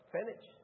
Finish